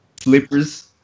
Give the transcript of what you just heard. Slippers